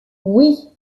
oui